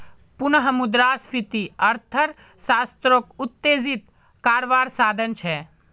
पुनः मुद्रस्फ्रिती अर्थ्शाश्त्रोक उत्तेजित कारवार साधन छे